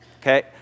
okay